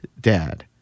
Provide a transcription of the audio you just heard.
Dad